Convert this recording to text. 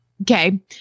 okay